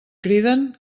criden